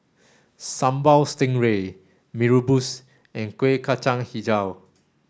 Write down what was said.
Sambal Stingray Mee Rebus and Kueh Kacang Hijau